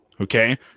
Okay